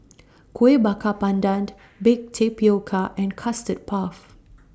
Kueh Bakar Pandan Baked Tapioca and Custard Puff